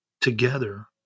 together